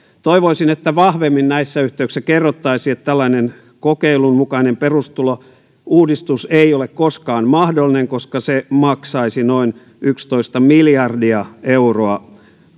toivoisin että vahvemmin näissä yhteyksissä kerrottaisiin että tällainen kokeilun mukainen perustulouudistus ei ole koskaan mahdollinen koska se maksaisi noin yksitoista miljardia euroa